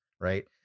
right